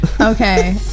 Okay